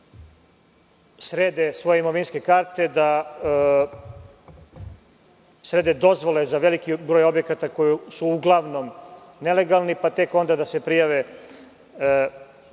da srede svoje imovinske karte, da srede dozvole za broj objekata koji su uglavnom nelegalni, pa tek onda da se prijave